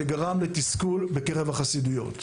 זה גרם לתסכול בקרב החסידויות.